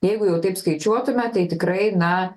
jeigu jau taip skaičiuotume tai tikrai na